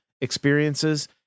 experiences